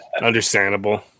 Understandable